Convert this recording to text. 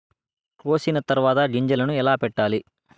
కోసిన తర్వాత గింజలను ఎలా పెట్టాలి